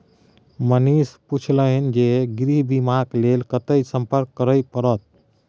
मनीष पुछलनि जे गृह बीमाक लेल कतय संपर्क करय परत?